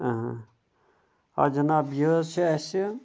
آ جِناب یہِ حظ چھِ اَسہِ